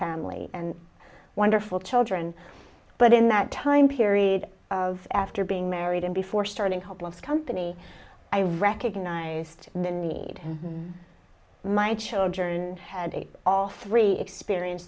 family and wonderful children but in that time period of after being married and before starting hopeless company i recognized the need my children had a all three experience